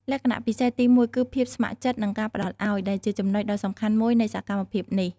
លក្ខណៈពិសេសទីមួយគឺភាពស្ម័គ្រចិត្តនិងការផ្តល់ឲ្យ ដែលជាចំណុចដ៏សំខាន់មួយនៃសកម្មភាពនេះ។